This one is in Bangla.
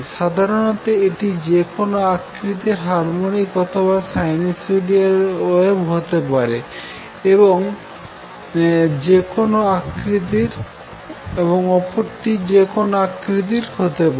সাধারনত এটি যেকোনো আকৃতির হারমনিক অথবা সাইনুসইডাল ওয়েভ হতে পারে এবং অপরতি যেকোনো আকৃতির হতে পারে